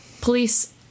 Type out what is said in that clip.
Police